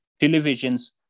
televisions